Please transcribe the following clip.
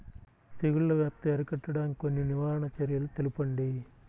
తెగుళ్ల వ్యాప్తి అరికట్టడానికి కొన్ని నివారణ చర్యలు తెలుపండి?